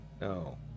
no